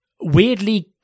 weirdly